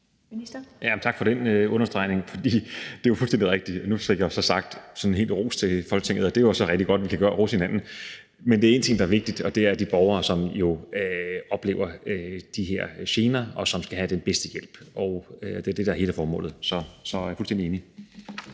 Tak for den understregning, for det er jo fuldstændig rigtigt. Nu fik jeg så givet sådan en ros til hele Folketinget, og det er rigtig godt, at vi kan godt rose hinanden. Men der er én ting, der er vigtig, og det er, at der er de her borgere, som jo oplever de her gener, og som skal have den bedste hjælp. Og det er det, der er hele formålet. Så jeg er fuldstændig enig.